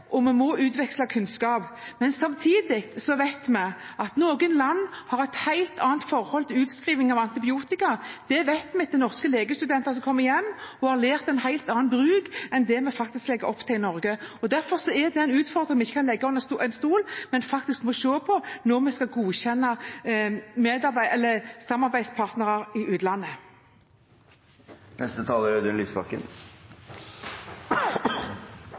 vi må utveksle kunnskap, men samtidig vet vi at noen land har et helt annet forhold til utskriving av antibiotika. Det vet vi fra norske legestudenter som kommer hjem og har lært en helt annen bruk enn det vi legger opp til i Norge. Derfor er det en utfordring vi ikke kan stikke under stol, men faktisk må se på når vi skal godkjenne samarbeidspartnere i utlandet.